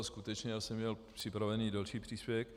Skutečně jsem měl připraven delší příspěvek.